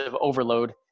overload